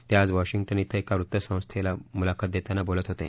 ते आज वॉशिंग्टन इथं एका वृत्त संस्थेला मुलाखत देताना बोलत होते